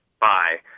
bye